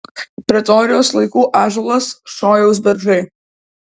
pretorijaus laikų ąžuolas šojaus beržai